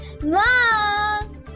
Mom